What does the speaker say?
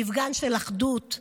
מפגן של אחדות.